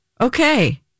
Okay